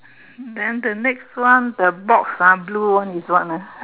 then the next one the box ah blue one is what ah